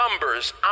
numbers